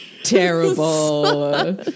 Terrible